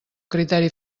criteri